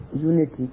unity